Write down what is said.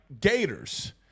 Gators